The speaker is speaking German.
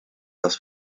das